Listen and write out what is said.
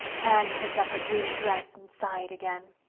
anne picked up her green dress and sighed again.